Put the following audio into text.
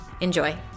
Enjoy